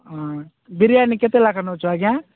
ହଁ ବିରିୟାନୀ କେତେ ଲାଖେ ନେଉଛ ଆଜ୍ଞା